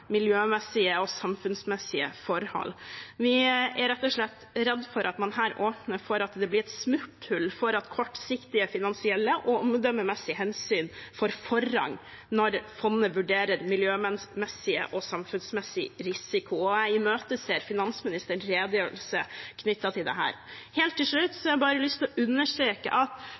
miljømessige og samfunnsmessige forhold. Vi er rett og slett redd for at man her åpner for at det blir et smutthull for at kortsiktige finansielle og omdømmemessige hensyn får forrang når fondet vurderer miljømessig og samfunnsmessig risiko. Jeg imøteser finansministerens redegjørelse knyttet til dette. Helt til slutt har jeg bare lyst til å understreke at